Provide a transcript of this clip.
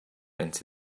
into